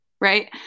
Right